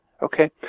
Okay